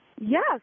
Yes